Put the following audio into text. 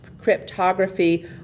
cryptography